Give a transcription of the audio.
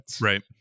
Right